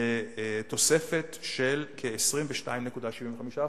לתוספת של כ-22.75%.